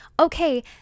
okay